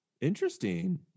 Interesting